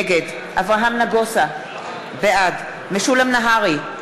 נגד אברהם נגוסה, בעד משולם נהרי,